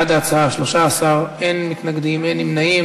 בעד ההצעה, 13, אין מתנגדים, אין נמנעים.